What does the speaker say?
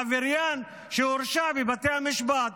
עבריין שהורשע בבתי המשפט.